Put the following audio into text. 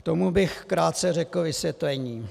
K tomu bych krátce řekl vysvětlení.